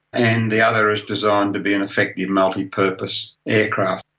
and the other is designed to be an effective multi-purpose aircraft.